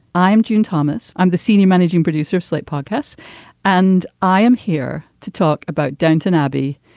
i'm june thomas. i'm the senior managing producer of slate podcasts and i am here to talk about downton abbey.